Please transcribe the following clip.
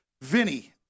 Vinny